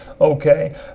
Okay